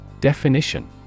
Definition